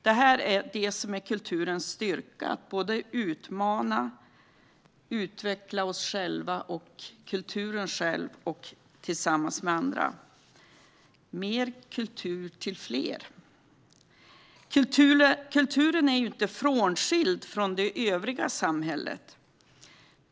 Detta är kulturens styrka - att både utmana och utveckla oss själva och tillsammans med andra: mer kultur till fler. Kulturen är inte skild från det övriga samhället.